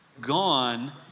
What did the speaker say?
gone